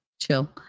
chill